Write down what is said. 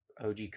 OG